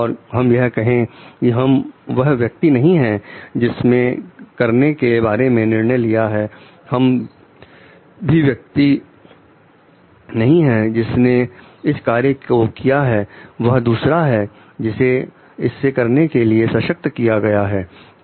और हम यह कहें कि हम वह व्यक्ति नहीं हैं जिसने इसके बारे में निर्णय लिया है हम भी व्यक्ति नहीं हैं जिसने इस कार्य को किया है वह दूसरा है जिसे इसे करने के लिए सशक्त किया गया है